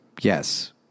yes